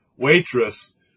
Waitress